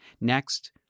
Next